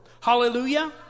Hallelujah